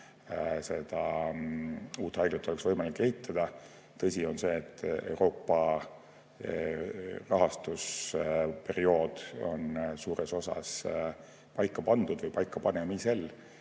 seda uut haiglat oleks võimalik ehitada. Tõsi on see, et Euroopa rahastusperiood on suures osas paika pandud või paikapanemisel,